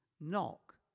Knock